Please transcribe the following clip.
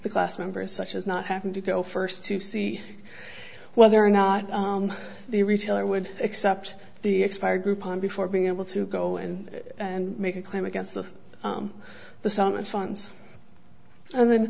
the class members such as not having to go first to see whether or not the retailer would accept the expired groupon before being able to go in and make a claim against the summit funds and then